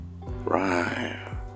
Right